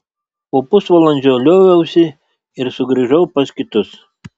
po pusvalandžio lioviausi ir sugrįžau pas kitus